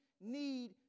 need